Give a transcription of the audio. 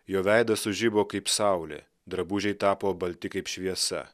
jo veidas sužibo kaip saulė drabužiai tapo balti kaip šviesa